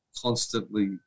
constantly